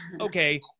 Okay